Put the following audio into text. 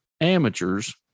Amateurs